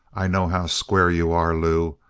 i know how square you are, lew.